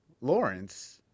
Lawrence